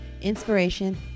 Inspiration